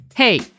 Hey